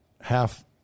half